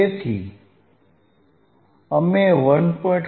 તેથી અહીં અમે 1